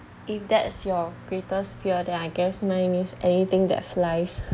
if that's your greatest fear than I guess mine is anything that flies